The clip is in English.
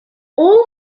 all